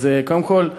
אז קודם כול,